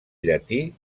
llatí